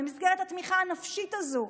מסגרת התמיכה הנפשית הזו?